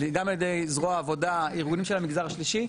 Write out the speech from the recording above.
גם על ידי זרוע העבודה וארגונים של המגזר השלישי.